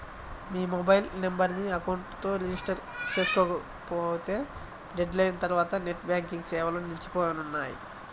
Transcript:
మీ mobile నెంబర్ను account తో register చేసుకోకపోతే డెడ్ లైన్ తర్వాత నెట్ బ్యాంకింగ్ సేవలు నిలిచిపోనున్నాయి